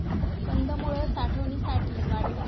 कंदमुळं साठवणीसाठी वाढतात